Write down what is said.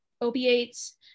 opiates